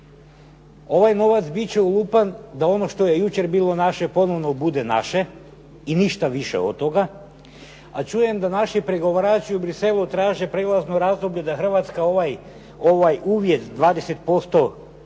Ovaj novac bit će ulupan da ono što je jučer bilo naše ponovno bude naše i ništa više od toga. A čujem da naši pregovarači u Bruxellesu traže prijelazno razdoblje da Hrvatska ovaj uvjet 20%